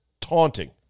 taunting